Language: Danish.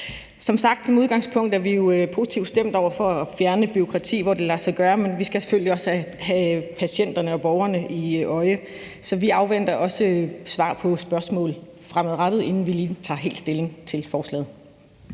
Som sagt er vi som udgangspunkt positivt stemt over for at fjerne bureaukrati, hvor det lader sig gøre, men vi skal selvfølgelig også have patienterne og borgerne for øje, så vi afventer også svar på spørgsmål fremadrettet, inden vi lige tager helt stilling til forslaget.